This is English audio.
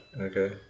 Okay